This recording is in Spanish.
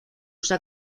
usa